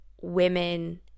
women